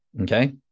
okay